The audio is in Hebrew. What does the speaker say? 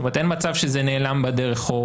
אין מצב שזה נעלם בדרך.